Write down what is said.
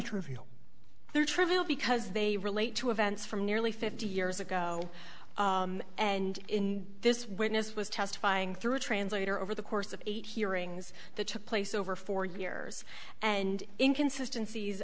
interview they're trivial because they relate to events from nearly fifty years ago and this witness was testifying through translator over the course of eight hearings that took place over four years and inconsistency is